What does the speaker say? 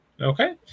Okay